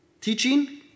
Teaching